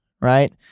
right